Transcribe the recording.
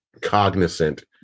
cognizant